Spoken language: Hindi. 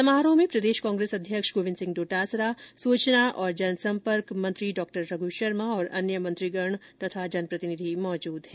समारोह में प्रदेश कांग्रेस अध्यक्ष गोविन्द सिंह डोटासरा सूचना और जनसंर्क मंत्री डॉ रघ् शर्मा और अन्य मंत्रीगण तथा जनप्रतिनिधि मौजूद हैं